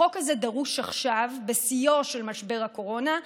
החוק הזה דרוש עכשיו, בשיאו של משבר הקורונה,